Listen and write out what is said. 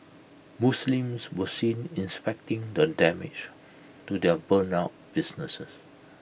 Muslims were seen inspecting the damage to their burnt out businesses